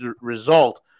result